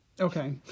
Okay